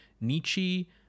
Nietzsche